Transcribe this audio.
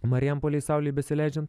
marijampolėj saulei besileidžiant